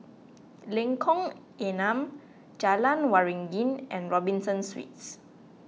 Lengkong Enam Jalan Waringin and Robinson Suites